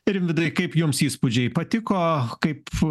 rimvydai kaip jums įspūdžiai patiko kaip